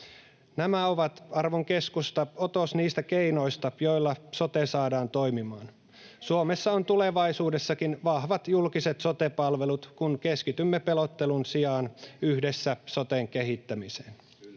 Nämä ovat, arvon keskusta, otos niistä keinoista, joilla sote saadaan toimimaan. Suomessa on tulevaisuudessakin vahvat julkiset sote-palvelut, kun keskitymme pelottelun sijaan yhdessä soten kehittämiseen.